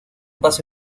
paso